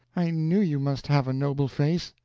i knew you must have a noble face,